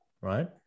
right